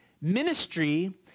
Ministry